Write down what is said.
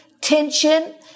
tension